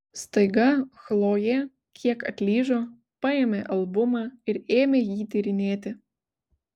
staiga chlojė kiek atlyžo paėmė albumą ir ėmė jį tyrinėti